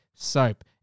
Soap